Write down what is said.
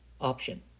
option